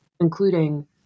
including